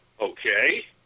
Okay